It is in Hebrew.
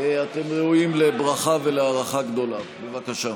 תמסרו לבני גנץ,